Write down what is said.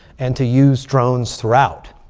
and to use drones throughout.